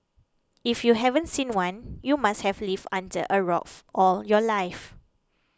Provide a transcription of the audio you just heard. if you haven't seen one you must have lived under a rock all your life